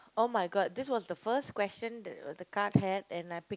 !oh-my-god! this was the first question that the card had and I pick